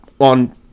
on